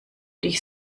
dich